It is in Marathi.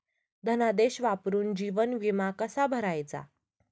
धनादेश वापरून जीवन विमा कसा भरायचा?